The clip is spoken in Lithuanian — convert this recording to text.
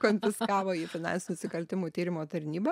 konfiskavo jį finansinių nusikaltimų tyrimo tarnyba